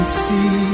see